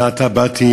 זה עתה באתי